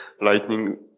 Lightning